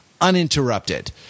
uninterrupted